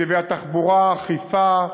נתיבי התחבורה, אכיפה,